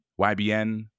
YBN